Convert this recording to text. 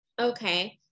Okay